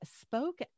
spoke